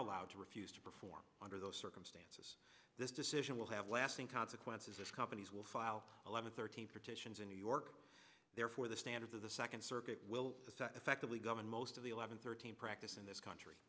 allowed to refuse to perform under those circumstances this decision will have lasting consequences if companies will file eleven thirteen partitions in new york therefore the standards of the second circuit will set effectively govern most of the eleven thirteen practice in this country